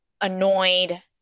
annoyed